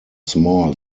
small